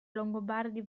longobardi